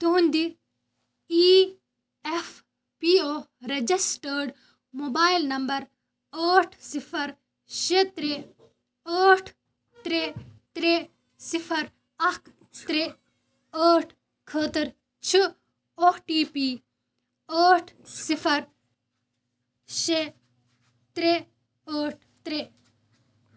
تُہُنٛدِ E F P O registered mobile number ٲٹھ صِفَر شےٚ ترٛےٚ ٲٹھ ترٛےٚ ترٛےٚ صِفَر اَکھ ترٛےٚ ٲٹھ خٲطٕر چھِ او ٹی پی ٲٹھ صِفَر شےٚ ترٛےٚ ٲٹھ ترٛےٚ